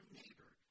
neighbor